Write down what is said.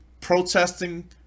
protesting